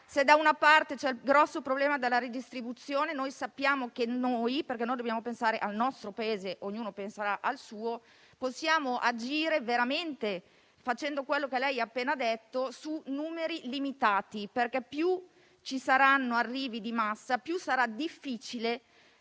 Se è vero che c'è il grosso problema della redistribuzione, sappiamo che noi - dobbiamo pensare al nostro Paese, ognuno penserà al suo - possiamo agire veramente facendo quanto ha appena detto su numeri limitati, perché maggiori saranno gli arrivi di massa più sarà difficile